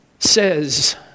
Says